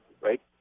right